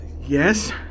Yes